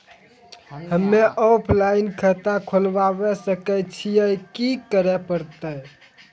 हम्मे ऑफलाइन खाता खोलबावे सकय छियै, की करे परतै?